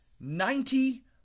Ninety